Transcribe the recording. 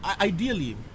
Ideally